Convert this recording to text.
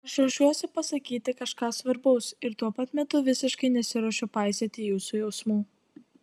aš ruošiuosi pasakyti kažką svarbaus ir tuo pat metu visiškai nesiruošiu paisyti jūsų jausmų